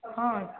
ହଁ